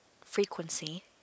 frequency